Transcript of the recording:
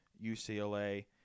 UCLA